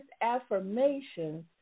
affirmations